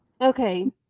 Okay